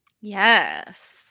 Yes